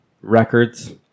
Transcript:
records